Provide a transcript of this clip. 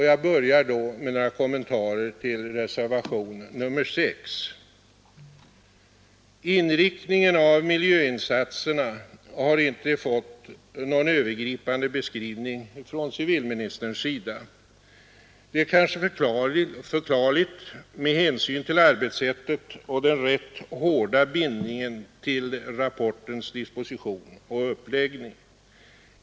Jag börjar då med några kommentarer till reservationen 6. Inriktningen av miljöinsatserna har inte fått någon övergripande beskrivning av civilministern. Det är kanske förklarligt med hänsyn till arbetssättet och den rätt hårda bindningen till rapportens disposition och uppläggning.